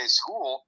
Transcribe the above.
school